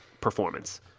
performance